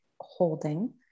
holding